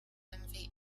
envy